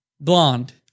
Blonde